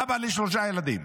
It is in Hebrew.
אבא לשלושה ילדים.